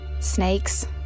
Snakes